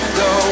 go